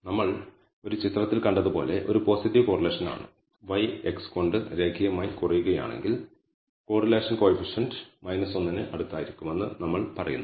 നമ്മൾ ഒരു ചിത്രത്തിൽ കണ്ടതുപോലെ ഒരു പോസിറ്റീവ് കോറിലേഷൻ ആണ് y x കൊണ്ട് രേഖീയമായി കുറയുകയാണെങ്കിൽ കോറിലേഷൻ കോയിഫിഷ്യന്റ് 1 ന് അടുത്തായിരിക്കുമെന്ന് നമ്മൾ പറയുന്നു